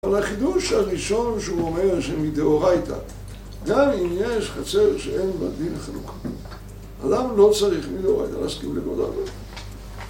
אבל החידוש הראשון שהוא אומר, שמדאורייתא גם אם יש חצר שאין בה דין חלוקה, אדם לא צריך מדאורייתא להסכים לגודרה